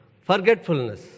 forgetfulness